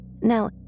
Now